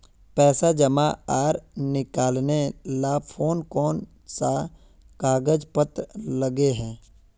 पैसा जमा आर निकाले ला कोन कोन सा कागज पत्र लगे है?